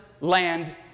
land